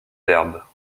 d’herbes